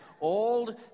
Old